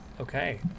Okay